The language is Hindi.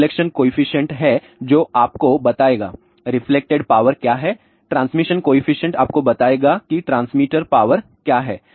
तो रिफ्लेक्शन कॉएफिशिएंट है जो आपको बताएगा रिफ्लेक्टेड पावर क्या है ट्रांसमिशन कॉएफिशिएंट आपको बताएगा कि ट्रांसमीटर पावर क्या है